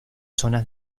zonas